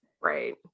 right